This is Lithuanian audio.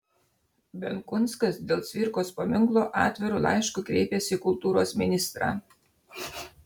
benkunskas dėl cvirkos paminklo atviru laišku kreipėsi į kultūros ministrą